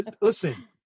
Listen